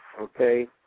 okay